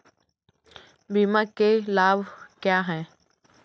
बीमा के लाभ क्या हैं?